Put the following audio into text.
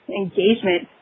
engagement